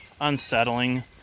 unsettling